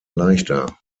leichter